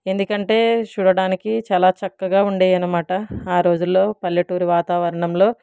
ఎందుకంటే చూడటానికి చాలా చక్కగా ఉండేవన్నమాట ఆ రోజుల్లో పల్లెటూరి వాతావరణంలో